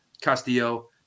Castillo